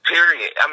Period